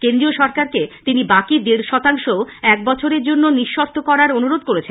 কেন্দ্রীয় সরকারকে তিনি বাকি দেড় শতাংশও একবছরের জন্য নিঃশর্ত করার অনুরোধ করেছেন